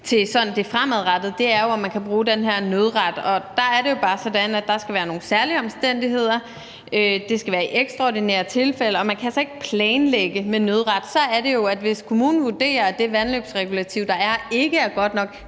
til det fremadrettede, er, om man kan bruge den her nødret. Der er det jo bare sådan, at der skal være nogle særlige omstændigheder. Det skal være i ekstraordinære tilfælde, og man kan altså ikke planlægge med nødret. Så er det jo, at hvis kommunen vurderer, at det vandløbsregulativ, der er, ikke er godt nok,